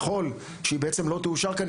ככל שזה בעצם לא יאושר כאן,